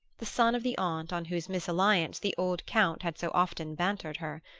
the son of the aunt on whose misalliance the old count had so often bantered her.